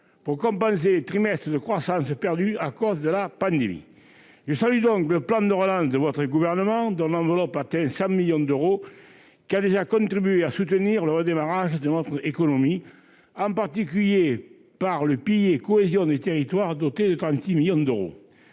pour compenser les trimestres de croissance perdus à cause de la pandémie. Je salue donc le plan de relance de votre gouvernement, dont l'enveloppe atteint 100 millions d'euros et qui a déjà contribué à soutenir le redémarrage de notre économie, en particulier par le pilier « cohésion des territoires », doté de 36 millions d'euros.